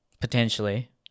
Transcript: Potentially